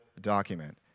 document